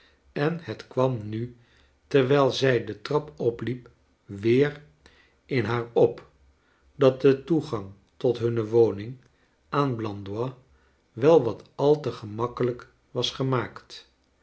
en het kwam nu terwijl zij de trap opliep weer in haar op dat de toegang tot hunne woning aan blandois wel wat al te gemakkelijk was gemaakt